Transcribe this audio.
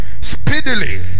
speedily